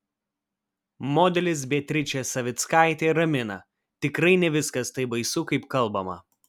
modelis beatričė savickaitė ramina tikrai ne viskas taip baisu kaip kalbama